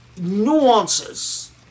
nuances